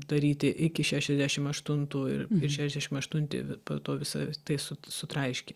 daryti iki šešiasdešim aštuntų ir šešdešim aštunti po to visa tai su sutraiškė